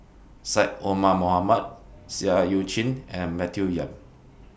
Syed Omar Mohamed Seah EU Chin and Matthew Yap